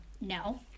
No